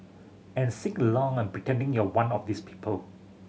and sing along and pretending you're one of these people